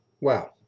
Wow